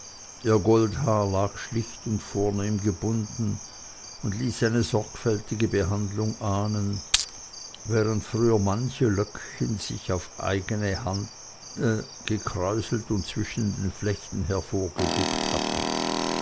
ihr goldhaar lag schlicht und vornehm gebunden und ließ eine sorgfältige behandlung ahnen während früher manche löckchen sich auf eigne hand gekräuselt und zwischen den flechten hervorgeguckt hatten